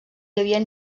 havien